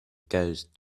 ghost